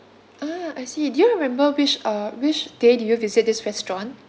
ah I see do you remember which uh which day did you visit this restaurant